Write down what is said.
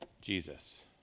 Jesus